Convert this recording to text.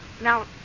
Now